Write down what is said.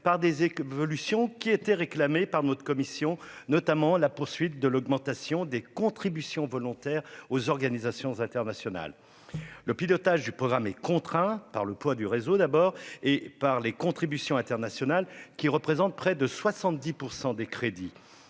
par des évolutions réclamées par notre commission, notamment la poursuite de l'augmentation des contributions volontaires aux organisations internationales. Le pilotage du programme est contraint par le poids du réseau et des contributions internationales, qui représentent près de 70 % des crédits.